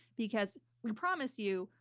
because, we promise you,